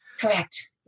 Correct